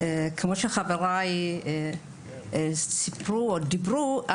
כמו שחבריי סיפרו ודיברו,